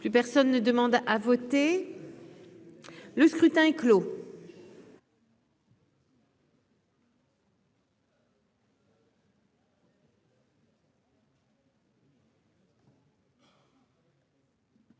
Plus personne ne demande à voter Le scrutin clos.